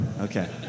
okay